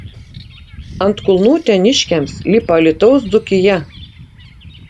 ant kulnų uteniškiams lipa alytaus dzūkija